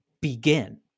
begin